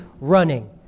running